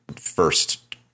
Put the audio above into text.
first